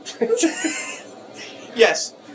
Yes